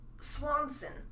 Swanson